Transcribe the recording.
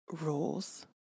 rules